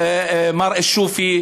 מר שופי,